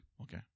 Okay